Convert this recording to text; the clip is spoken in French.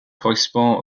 correspond